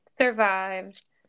Survived